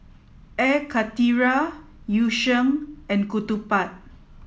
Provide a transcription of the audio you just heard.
air karthira yu sheng and ketupat